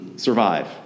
survive